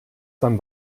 dann